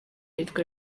yitwa